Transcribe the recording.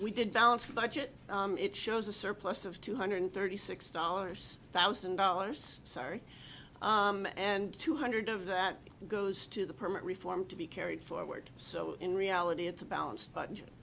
we did balance the budget it shows a surplus of two hundred thirty six dollars thousand dollars sorry and two hundred of that goes to the permit reform to be carried forward so in reality it's a balanced bu